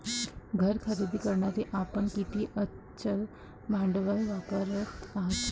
घर खरेदी करण्यासाठी आपण किती अचल भांडवल वापरत आहात?